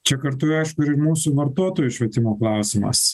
čia kartu aišku ir mūsų vartotojų švietimo klausimas